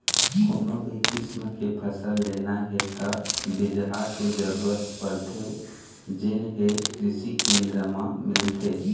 कोनो भी किसम के फसल लेना हे त बिजहा के जरूरत परथे जेन हे कृषि केंद्र म मिलथे